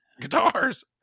guitars